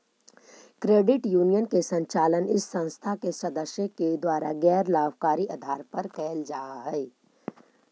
credit union के संचालन इस संस्था के सदस्य के द्वारा गैर लाभकारी आधार पर कैल जा हइ